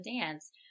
dance